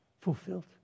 fulfilled